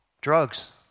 drugs